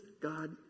God